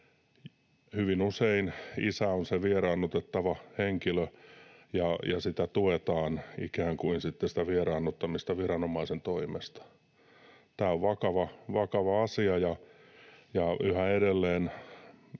Hyvin usein isä on se vieraannutettava henkilö, ja sitä vieraannuttamista ikään kuin tuetaan viranomaisen toimesta. Tämä on vakava asia, ja yhä edelleen